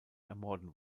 ermorden